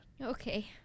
Okay